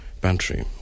Bantry